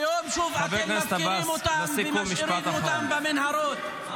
והיום שוב אתם מפקירים אותם ומשאירים אותם במנהרות.